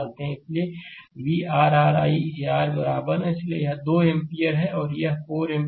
इसलिए v r i R के बराबर है इसलिए यह 2 एम्पीयर है और यह 4 एम्पीयर है